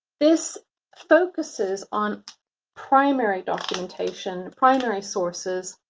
this focuses on primary documentation, primary sources,